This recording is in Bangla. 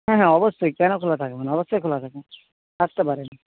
হ্যাঁ হ্যাঁ অবশ্যই কেন খোলা থাকবে না অবশ্যই খোলা থাকে আসতে পারেন